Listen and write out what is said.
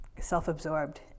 self-absorbed